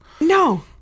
No